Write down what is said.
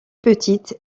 petites